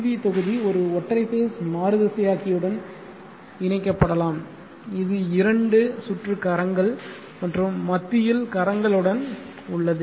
we தொகுதி ஒரு ஒற்றை ஃபேஸ் மாறுதிசையாக்கியுடன் இணைக்கப்படலாம் இது இரண்டு சுற்று கரங்கள் மற்றும் மத்தியில் கரங்கள் உடன் உள்ளது